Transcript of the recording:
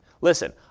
Listen